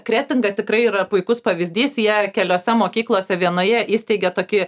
kretinga tikrai yra puikus pavyzdys jie keliose mokyklose vienoje įsteigė tokį